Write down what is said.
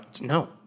no